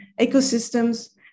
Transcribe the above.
ecosystems